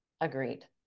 Agreed